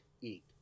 eat